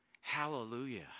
hallelujah